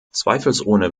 zweifelsohne